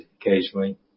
occasionally